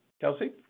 Kelsey